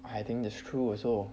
I think that's true also